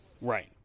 Right